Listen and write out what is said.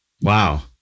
Wow